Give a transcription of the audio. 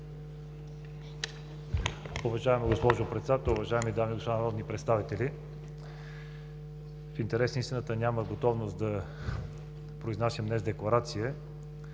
Уважаема госпожо Председател, уважаеми дами и господа народни представители! В интерес на истината нямах готовност да произнасям днес декларация,